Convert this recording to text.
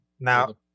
Now